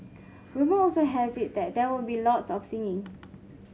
rumour also has it that there will be lots of singing